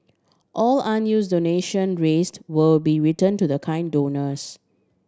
all unuse donation raised will be return to the kind donors